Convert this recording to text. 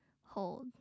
hold